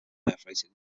perforated